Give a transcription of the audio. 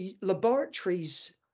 laboratories